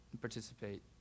participate